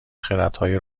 خردهای